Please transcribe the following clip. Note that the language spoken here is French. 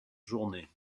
journée